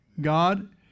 God